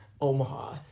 Omaha